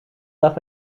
dag